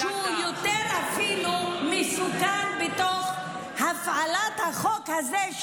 קיים משהו אפילו יותר מסוכן בהפעלת החוק הזה,